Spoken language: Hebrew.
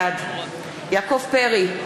בעד יעקב פרי,